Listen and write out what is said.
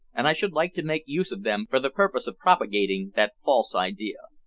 and i should like to make use of them for the purpose of propagating that false idea.